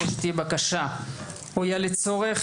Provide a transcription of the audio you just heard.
או שתהיה בקשה ראויה לצורך,